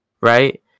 right